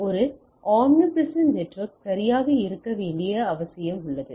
ஒரு omnipresent network சரியாக இருக்க வேண்டிய அவசியம் உள்ளது